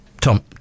Tom